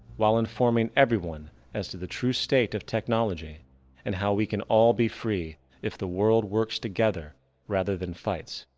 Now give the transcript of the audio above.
while informing everyone as to the true state of technology and how we can all be free if the world works together rather than fights.